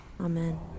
Amen